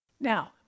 Now